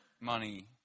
money